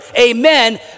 Amen